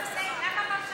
החוק.